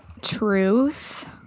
truth